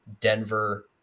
Denver